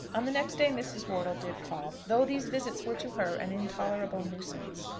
on the next day mrs. wortle did call, though these visits were to her an intolerable nuisance.